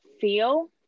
feel